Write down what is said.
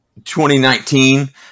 2019